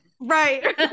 right